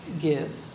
give